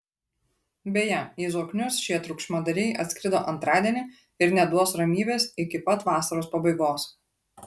beje į zoknius šie triukšmadariai atskrido antradienį ir neduos ramybės iki pat vasaros pabaigos